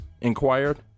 inquired